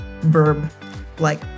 verb-like